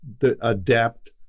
adapt